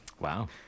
wow